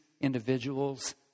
individuals